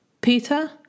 Peter